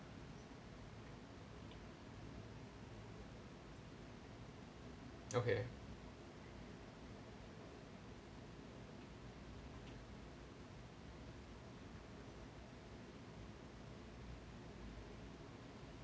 okay